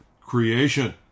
creation